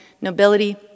nobility